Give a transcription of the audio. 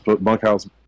bunkhouse